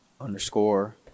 underscore